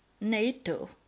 NATO